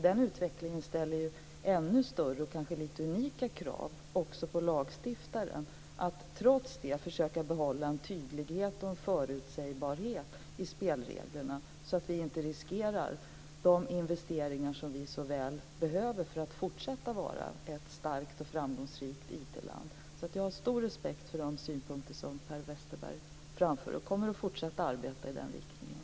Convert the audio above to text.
Den utvecklingen ställer ju ännu större och kanske lite unika krav också på lagstiftaren att trots detta försöka behålla en tydlighet och en förutsägbarhet i spelreglerna, så att vi inte riskerar de investeringar som vi så väl behöver för att fortsätta vara ett starkt och framgångsrikt IT-land. Jag har stor respekt för de synpunkter som Per Westerberg framför och kommer att fortsätta att arbeta i den riktningen.